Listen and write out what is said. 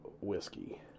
whiskey